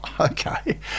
okay